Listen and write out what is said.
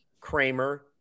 Kramer